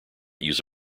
use